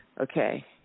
Okay